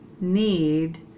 need